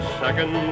second